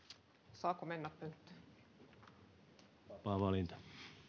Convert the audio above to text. vapaa valinta